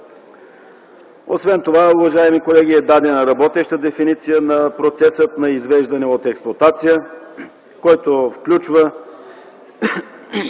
Освен това, уважаеми колеги, е дадена работеща дефиниция на процеса по извеждане от експлоатация, който включва